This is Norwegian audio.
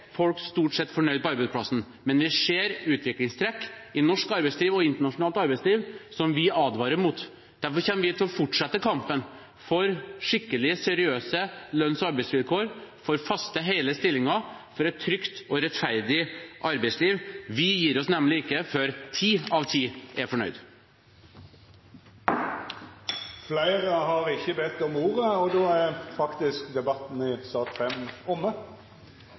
folk stort sett fornøyd, men vi ser utviklingstrekk i norsk arbeidsliv og i internasjonalt arbeidsliv som vi advarer mot. Derfor kommer vi til å fortsette kampen for skikkelige og seriøse lønns- og arbeidsvilkår, for faste hele stillinger og for et trygt og rettferdig arbeidsliv. Vi gir oss nemlig ikke før ti av ti er fornøyd. Fleire har ikkje bedt om ordet til sak nr. 5. Etter ønske frå arbeids- og